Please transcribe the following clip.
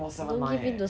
four seven nine eh